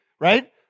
Right